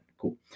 Cool